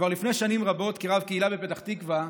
כבר לפני שנים רבות, כרב קהילה בפתח תקווה,